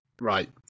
Right